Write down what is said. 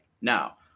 now